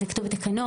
זה כתוב בתקנות?